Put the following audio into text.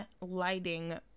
lighting